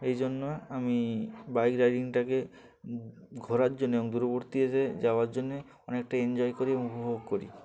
এই জন্য আমি বাইক রাইডিংটাকে ঘোরার জন্যে এবং দূরবর্তী স্থানে যাওয়ার জন্যে অনেকটা এনজয় করি এবং উপভোগ করি